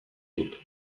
dut